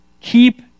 keep